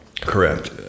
Correct